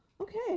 Okay